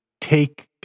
take